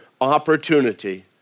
opportunity